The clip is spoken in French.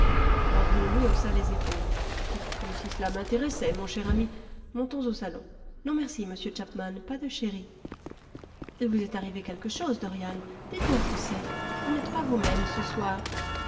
haussa les épaules comme si cela m'intéressait mon cher ami montons au salon non merci monsieur chapman pas de sherry il vous est arrivé quelque chose dorian dites-moi ce que c'est vous n'êtes pas vous même ce soir